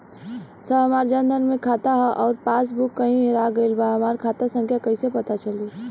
साहब हमार जन धन मे खाता ह अउर पास बुक कहीं हेरा गईल बा हमार खाता संख्या कईसे पता चली?